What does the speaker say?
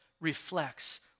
reflects